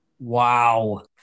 Wow